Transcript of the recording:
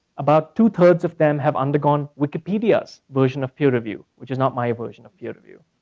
about two-thirds of them have undergone wikipedia's version of peer review. which is not my version of peer review.